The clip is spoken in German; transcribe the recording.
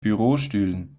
bürostühlen